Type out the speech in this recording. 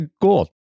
gold